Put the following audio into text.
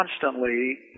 constantly